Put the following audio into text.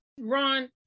Ron